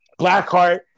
Blackheart